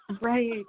right